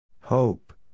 Hope